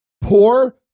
poor